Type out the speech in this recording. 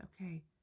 okay